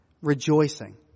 rejoicing